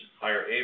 higher